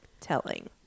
telling